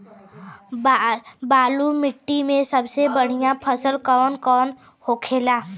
बलुई मिट्टी में सबसे बढ़ियां फसल कौन कौन होखेला?